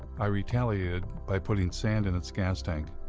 i retaliated by putting sand in its gas tank.